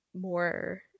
more